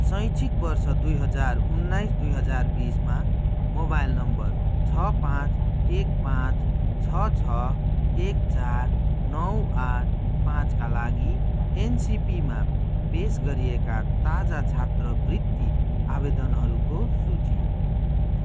शैक्षिक वर्ष दुई हजार उन्नाइस दुई हजार बिसमा मोबाइल नम्बर छ पाँच एक पाँच छ छ एक चार नौ आठ पाँचका लागि एनसिपीमा पेस गरिएका ताजा छात्रवृत्ति आवेदनहरूको सूची